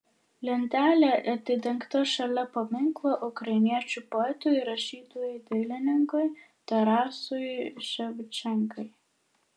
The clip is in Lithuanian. lentelė atidengta šalia paminklo ukrainiečių poetui rašytojui dailininkui tarasui ševčenkai